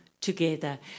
together